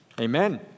Amen